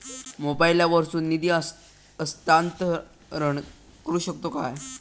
मोबाईला वर्सून निधी हस्तांतरण करू शकतो काय?